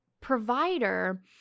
provider